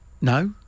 No